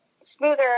smoother